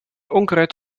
onkruid